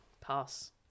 pass